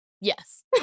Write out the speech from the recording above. yes